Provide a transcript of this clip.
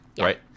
right